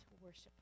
worship